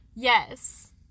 Yes